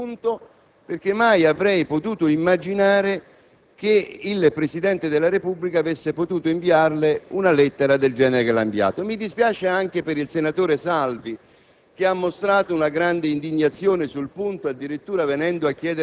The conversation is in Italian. e quindi non pensavo di intervenire sul punto, perché mai avrei potuto immaginare che il Presidente della Repubblica avesse potuto inviarle una lettera come quella che le ha inviato. Mi dispiace anche per il senatore Salvi,